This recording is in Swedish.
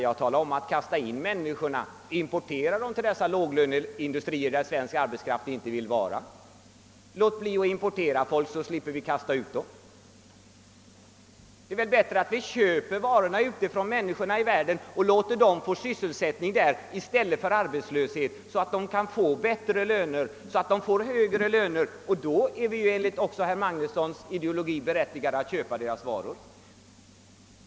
Jag talade om att kasta in människor, d.v.s. importera dem till dessa låglöneindustrier där svensk arbetskraft inte vill arbeta. Låt bli att importera folk, så slipper vi kasta ut dem! Det är väl bättre att vi köper varorna utifrån och låter människorna där få sysselsättning i stället för att gå arbetslösa. Därigenom kan de få bättre löner. Då är vi också enligt herr Magnussons i Borås ideologi berättigade att köpa deras varor.